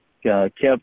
Kept